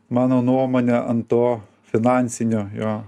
mano nuomone ant to finansinio